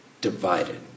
divided